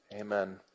Amen